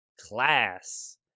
class